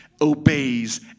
obeys